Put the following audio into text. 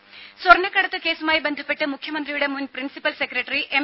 ദേദ സ്വർണക്കടത്തുകേസുമായി ബന്ധപ്പെട്ട് മുഖ്യമന്ത്രിയുടെ മുൻ പ്രിൻസിപ്പൽ സെക്രട്ടറി എം